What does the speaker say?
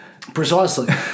Precisely